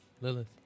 Lilith